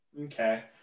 Okay